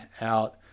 out